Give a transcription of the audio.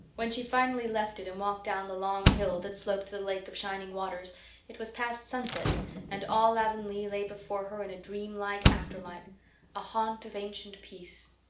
when she finally left it and walked down the long hill that sloped to the lake of shining waters it was past sunset and all avonlea lay before her in a dreamlike afterlight a haunt of ancient peace.